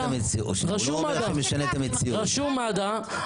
רשום מד"א?